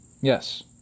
Yes